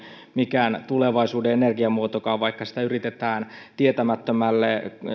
mikään tulevaisuuden energiamuotokaan vaikka sitä yritetään tietämättömälle